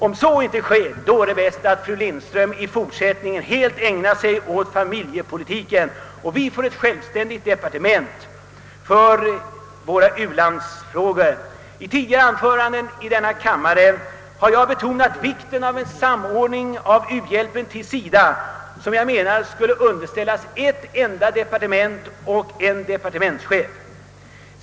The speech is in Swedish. Om så inte blir fallet är det bäst att fru Lindström i fortsättningen helt äg nar sig åt familjepolitiken och att vi får ett självständigt departement för ulandsfrågor. I tidigare anföranden i denna kammare har jag även betonat vikten av en samordning av u-hjälpen inom SIDA, som jag menar skulle underställas ett enda departement och en departementschef.